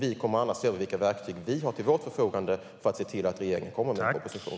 Vi kommer annars att se över vilka verktyg vi har till vårt förfogande för att se till att regeringen kommer med en proposition.